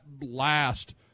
last